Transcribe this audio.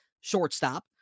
shortstop